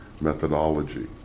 methodology